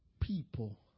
people